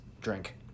drink